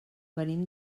venim